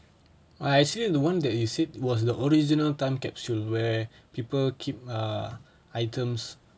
I see the one that you said was the original time capsule where people keep uh items